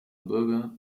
bürger